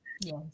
yes